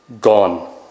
gone